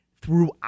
throughout